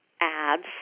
ads